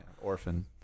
Orphan